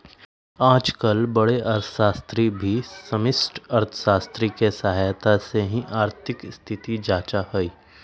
आजकल बडे अर्थशास्त्री भी समष्टि अर्थशास्त्र के सहायता से ही आर्थिक स्थिति जांचा हई